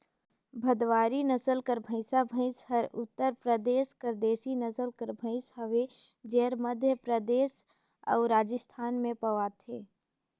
भदवारी नसल कर भंइसा भंइस हर उत्तर परदेस कर देसी नसल कर भंइस हवे जेहर मध्यपरदेस अउ राजिस्थान में पवाथे